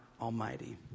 Almighty